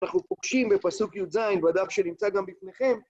אנחנו פוגשים בפסוק יז', בדף שלמצא גם בפניכם.